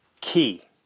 key